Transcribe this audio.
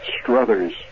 Struthers